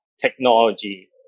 technology